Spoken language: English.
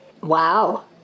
Wow